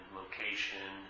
location